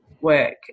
work